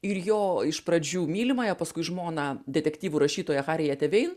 ir jo iš pradžių mylimąją paskui žmoną detektyvų rašytoją harietę vein